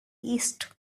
east